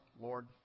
Lord